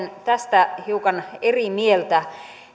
tästä hiukan eri mieltä